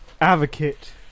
advocate